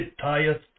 tired